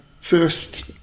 first